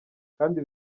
kandi